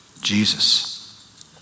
Jesus